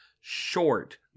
short